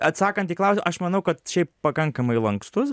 atsakant į klausimą aš manau kad šiaip pakankamai lankstus